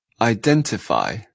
Identify